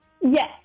Yes